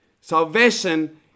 Salvation